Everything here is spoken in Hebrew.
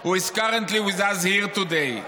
who is currently with us here today.